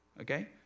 Okay